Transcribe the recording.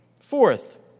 Fourth